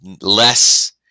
less